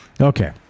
Okay